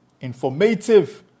informative